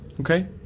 Okay